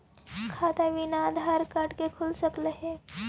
खाता बिना आधार कार्ड के खुल सक है?